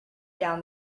down